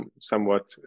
somewhat